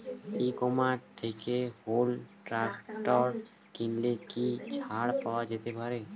ই commerce থেকে Honda tractor কিনলে কি ছাড় পাওয়া যেতে পারে?